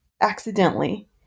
accidentally